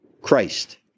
Christ